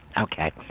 Okay